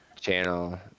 channel